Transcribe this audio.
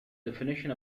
definition